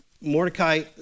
mordecai